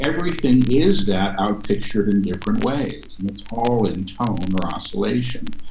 everything. is that out pictured in different ways. and that's all in tone or oscillation.